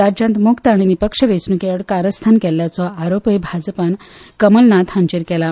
राज्यांत मुक्त आनी निपक्ष वेंचणुके आड कारस्थान केल्ल्याचो आरोपूय भाजपान कमलनाथ हांचेर केला